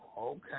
Okay